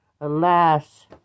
Alas